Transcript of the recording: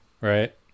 right